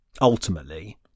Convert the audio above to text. ultimately